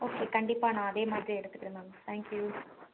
okay கண்டிப்பாக நான் அதே மாதிரியே எடுத்துக்குறேன் மேம் தேங்க் யூ